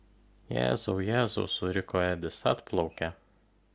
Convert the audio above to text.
jėzau jėzau suriko edis atplaukia